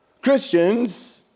Christians